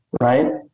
right